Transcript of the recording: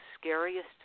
scariest